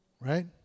Right